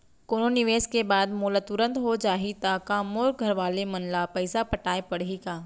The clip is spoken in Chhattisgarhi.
कोनो निवेश के बाद मोला तुरंत हो जाही ता का मोर घरवाले मन ला पइसा पटाय पड़ही का?